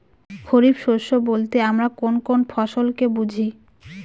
খরিফ শস্য বলতে আমরা কোন কোন ফসল কে বুঝি?